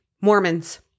Mormons